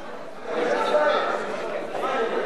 לא נתקבלה.